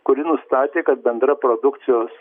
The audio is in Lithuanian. kuri nustatė kad bendra produkcijos